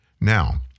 Now